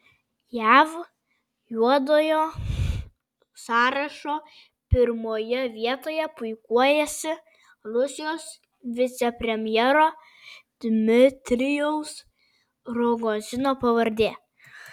jav juodojo sąrašo pirmoje vietoje puikuojasi rusijos vicepremjero dmitrijaus rogozino pavardė